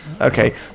Okay